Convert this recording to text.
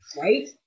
right